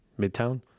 Midtown